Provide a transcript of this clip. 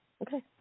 Okay